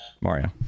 Mario